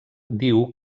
diu